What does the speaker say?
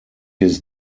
his